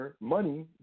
money